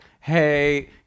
hey